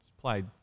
played